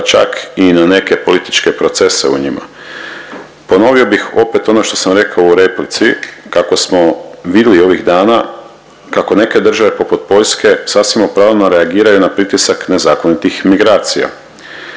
pa čak i na neke političke procese u njima. Ponovio bih opet ono što sam rekao u replici, kako smo vidli ovih dana kako neke države poput Poljske sasvim opravdano reagiraju na pritisak nezakonitih migracija,